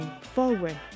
forward